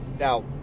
Now